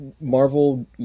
Marvel